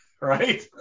Right